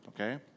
okay